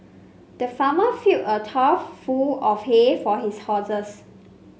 the farmer filled a trough full of hay for his horses